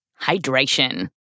hydration